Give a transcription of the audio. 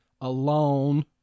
alone